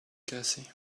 cassie